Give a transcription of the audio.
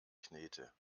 knete